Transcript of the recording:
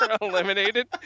eliminated